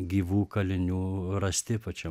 gyvų kalinių rasti pačiam